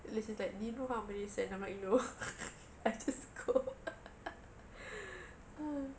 and then she's like do you know how many sent I'm like no I just go